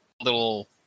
little